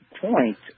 point